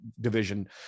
division